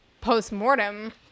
post-mortem